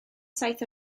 saith